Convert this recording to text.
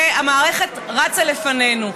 והמערכת רצה לפנינו.